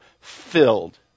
filled